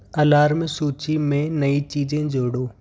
alarm सूची में नई चीज़ें जोड़ो